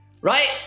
right